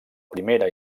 primera